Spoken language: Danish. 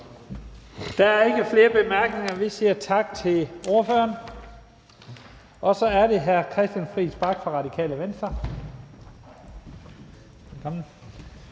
Der er ikke flere korte bemærkninger. Vi siger tak til ordføreren. Og så er det hr. Christian Friis Bach fra Radikale Venstre.